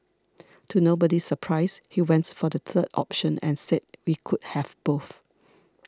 to nobody's surprise he went for the third option and said that we could have both